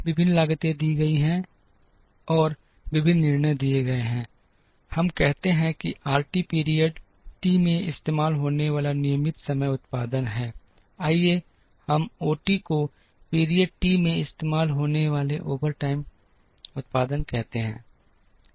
विभिन्न लागतें दी गई हैं और विभिन्न निर्णय दिए गए हैं हम कहते हैं कि आरटी पीरियड टी में इस्तेमाल होने वाला नियमित समय उत्पादन है आइए हम ओटी को पीरियड टी में इस्तेमाल होने वाले ओवरटाइम उत्पादन कहते हैं